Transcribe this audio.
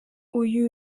uyu